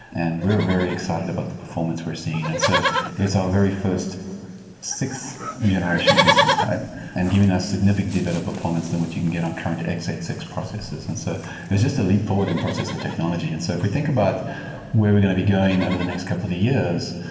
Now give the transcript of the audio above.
and we're very excited about the performance we're seeing. and so it's our very first six generation instance type and giving us significantly better performance than what you can get on current x eight six processors. and so it's just a leap forward in processor technology. and so if we think about where we're going to be going over the next couple of years,